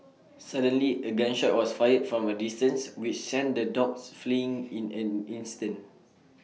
suddenly A gun shot was fired from A distance which sent the dogs fleeing in an instant